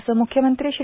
असं मुख्यमंत्री श्री